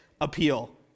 appeal